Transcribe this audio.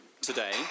today